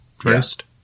first